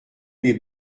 les